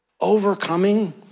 Overcoming